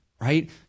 right